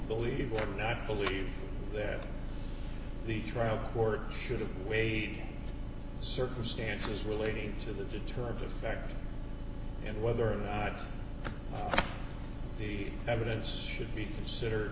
believe or not believe there the trial court should have weighed circumstances relating to the deterrent effect and whether or not the evidence should be considered